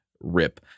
rip